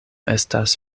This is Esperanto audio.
estas